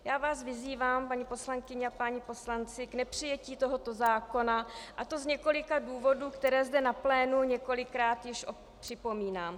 Já vás vyzývám, paní poslankyně a páni poslanci, k nepřijetí tohoto zákona, a to z několika důvodů, které zde na plénu několikrát již připomínám.